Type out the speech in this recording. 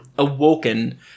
Awoken